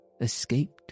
escaped